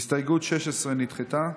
הסתייגות 16 נדחתה.